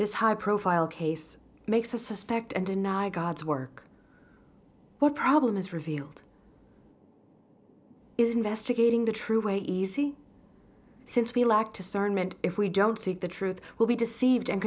this high profile case makes a suspect and deny god's work or problem is revealed is investigating the true way easy since we lack to cern meant if we don't seek the truth we'll be deceived and